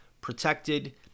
protected